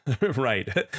Right